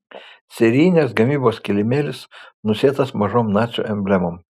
serijinės gamybos kilimėlis nusėtas mažom nacių emblemom